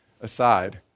aside